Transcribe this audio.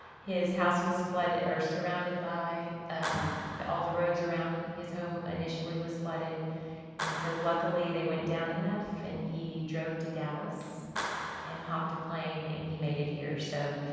his house was flooded, or surrounded by all the roads around his home, initially was flooded and so, luckily they went down enough and he drove to dallas and hopped a plane, and he made it here. so,